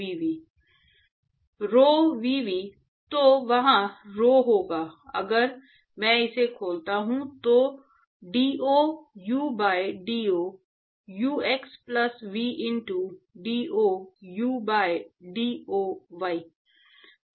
rho vv तो वहाँ rho होगा अगर मैं इसे खोलता हूँ तो do u by do u x plus v into do u by do y